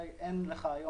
תעקבו אחרי תמונות המכ"מ.